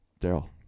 Daryl